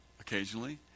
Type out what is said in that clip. occasionally